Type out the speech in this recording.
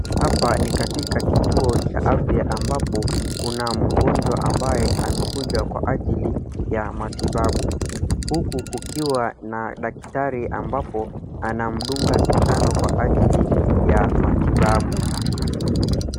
Hapa ni katika kituo cha afya ambapo kuna mgonjwa ambaye amekuja kwa ajili ya matibabu. Huku kukiwa na daktari ambapo anamdunga sindano kwa ajili ya matibabu.